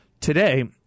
Today